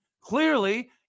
Clearly